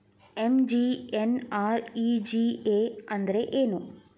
MGNREGA ಅಂದ್ರೆ ಏನು?